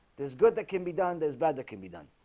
there's good that can be done. there's bad that can be done